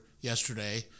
yesterday